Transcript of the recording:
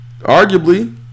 arguably